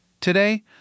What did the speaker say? Today